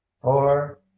Four